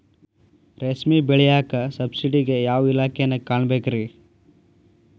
ರೇಷ್ಮಿ ಬೆಳಿಯಾಕ ಸಬ್ಸಿಡಿಗೆ ಯಾವ ಇಲಾಖೆನ ಕಾಣಬೇಕ್ರೇ?